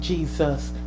Jesus